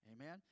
Amen